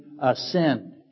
ascend